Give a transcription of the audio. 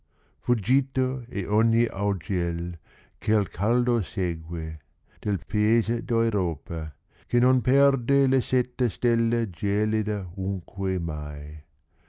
fuggito è ogni augel che m caldo segue del paese d europa che non perde le sette stelle gelide unqne mai